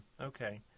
Okay